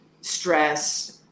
stress